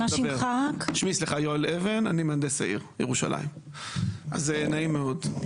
שמי יואל אבן, אני מהנדס העיר ירושלים, נעים מאוד.